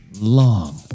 long